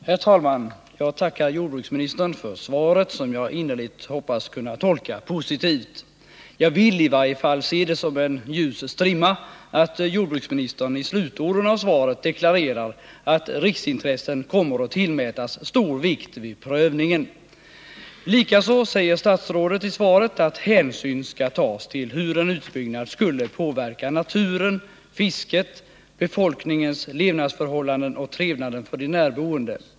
Herr talman! Jag tackar jordbruksministern för svaret, som jag innerligt hoppas kunna tolka positivt. Jag vill i varje fall se det som en ljus strimma att jordbruksministern i slutorden deklarerar att riksintressen kommer att tillmätas stor vikt vid prövningen. Likaså säger statsrådet att hänsyn skall tas till hur en utbyggnad skulle påverka naturen, fisket, befolkningens levnadsförhållanden och trevnaden för de närboende.